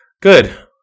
good